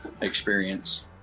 experience